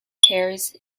pairs